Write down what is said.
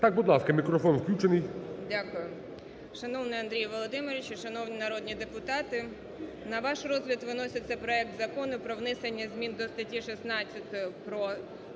Так, будь ласка, мікрофон включений. ЗЕРКАЛЬ О.В. Дякую. Шановний Андрію Володимировичу, шановні народні депутати, на ваш розгляд виноситься проект Закону про внесення змін до статті 16 про статус